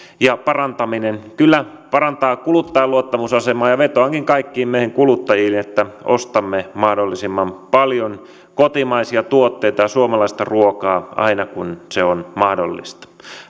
ja parantaminen kyllä parantaa kuluttajan luottamusasemaa ja vetoankin kaikkiin meihin kuluttajiin että ostamme mahdollisimman paljon kotimaisia tuotteita ja suomalaista ruokaa aina kun se on mahdollista